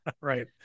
Right